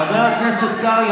חבר הכנסת קרעי,